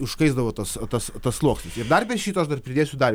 užkaisdavo tas tas tas sluoksnis ir dar be šito aš dar pridėsiu dar